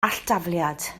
alldafliad